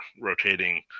rotating